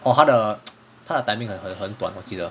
orh 他的 他的 timing 很很很短我记得